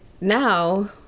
now